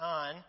on